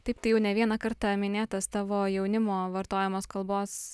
taip tai jau ne vieną kartą minėtas tavo jaunimo vartojamos kalbos